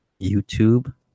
YouTube